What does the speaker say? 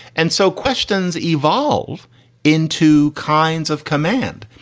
and so questions evolve into kinds of command.